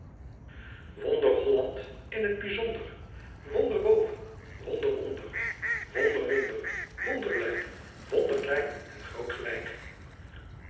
wonder holland in t bijzonder wonder boven wonder onder wonder wonder wonder blijk wonder klein en groot gelijk